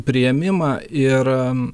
priėmimą ir